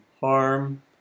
harm